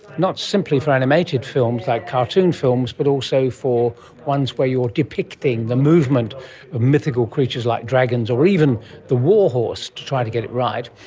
not simply for animated films like cartoon films but also for ones where you are depicting the movement of mythical creatures like dragons or even the war horse, to try to get it right.